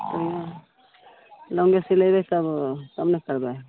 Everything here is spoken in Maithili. हँ लोन्गे सिलेबै तब कम नहि करबै